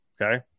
okay